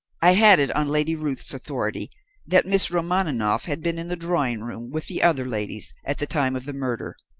i had it on lady ruth's authority that miss romaninov had been in the drawing-room with the other ladies at the time of the murder,